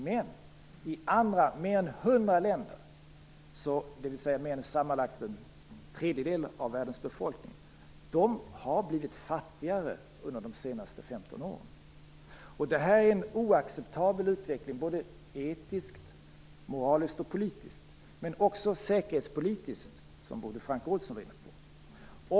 Men andra länder - mer än 100 länder, dvs. mer än sammanlagt en tredjedel av världens befolkning - har blivit fattigare under de senaste 15 åren. Det här är en oacceptabel utveckling - etiskt, moraliskt, politiskt, men också säkerhetspolitiskt som Bodil Francke Ohlsson var inne på.